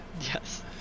Yes